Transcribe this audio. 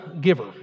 giver